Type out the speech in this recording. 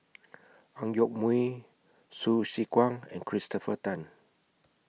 Ang Yoke Mooi Hsu Tse Kwang and Christopher Tan